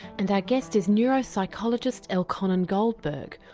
and our guest is neuropsychologist elkhonon goldberg,